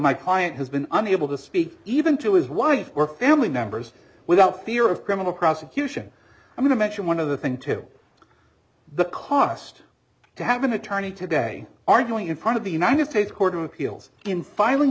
my client has been unable to speak even to his wife or family members without fear of criminal prosecution i'm going to mention one other thing to the cost to have an attorney today arguing in front of the united states court of appeals in filing